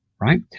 right